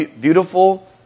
beautiful